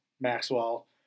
Maxwell